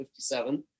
57